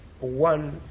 one